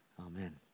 Amen